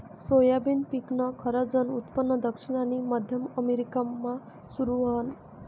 soybean पिकनं खरंजनं उत्पन्न दक्षिण आनी मध्य अमेरिकामा सुरू व्हयनं